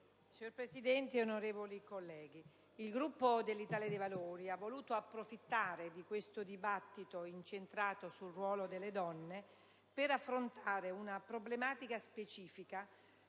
Signora Presidente, onorevoli colleghi, il Gruppo dell'Italia dei Valori ha voluto approfittare di questo dibattito incentrato sul ruolo delle donne per affrontare una problematica specifica